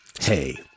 hey